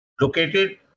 located